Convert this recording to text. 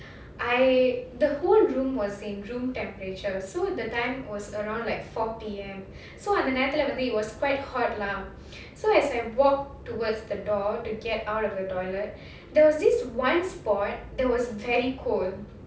I the whole room was in room temperature so that time was around like four P_M so அந்த நேரத்துலே:andha nerathula it was quite hot lah so as I walk towards the door to get out of the toilet there was this one spot that was very cold